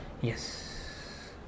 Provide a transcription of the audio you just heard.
Yes